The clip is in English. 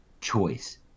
choice